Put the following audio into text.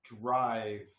drive